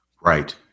Right